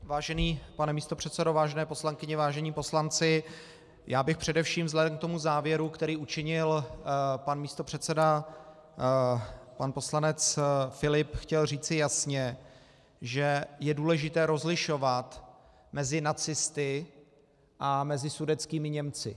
Vážený pane místopředsedo, vážené poslankyně, vážení poslanci, já bych především vzhledem k tomu závěru, který učinil pan místopředseda poslanec Filip, chtěl říci jasně, že je důležité rozlišovat mezi nacisty a sudetskými Němci.